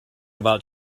about